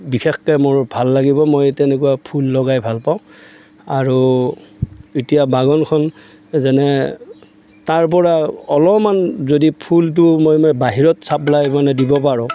বিশেষকে মোৰ ভাল লাগিব মই তেনেকুৱা ফুল লগাই ভাল পাওঁ আৰু এতিয়া বাগানখন যেনে তাৰ পৰা অলপমান যদি ফুলটো মই মানে বাহিৰত চাপ্লাই মানে দিব পাৰোঁ